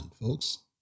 folks